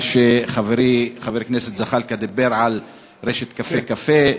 מה שחברי חבר הכנסת זחאלקה דיבר על רשת "קפה קפה".